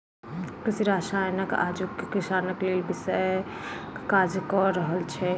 कृषि रसायन आजुक किसानक लेल विषक काज क रहल छै